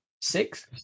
six